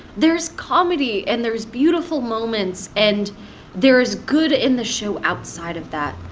there's comedy, and there's beautiful moments. and there's good in the show outside of that.